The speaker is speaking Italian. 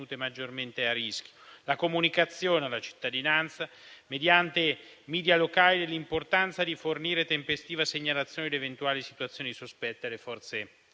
maggiormente a rischio; la comunicazione alla cittadinanza mediante *media* locale dell'importanza di fornire tempestiva segnalazione di eventuali situazioni sospette alle Forze